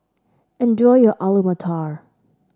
enjoy your Alu Matar